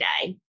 today